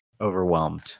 overwhelmed